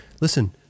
listen